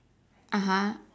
(uh huh)